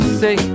say